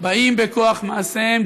באים בכוח מעשיהם.